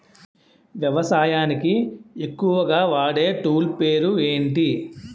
వ్యవసాయానికి ఎక్కువుగా వాడే టూల్ పేరు ఏంటి?